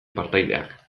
partaideak